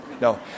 no